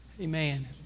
Amen